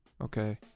Okay